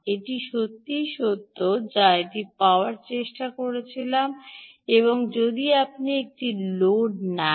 এটি সত্যই সত্য যা আমি এটি পাওয়ার চেষ্টা করছিলাম এবং যদি আপনি এটি লোড করেন